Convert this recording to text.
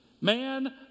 Man